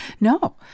No